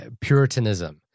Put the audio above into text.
puritanism